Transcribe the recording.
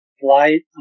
flight